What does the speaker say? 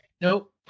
Nope